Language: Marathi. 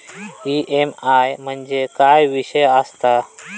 ई.एम.आय म्हणजे काय विषय आसता?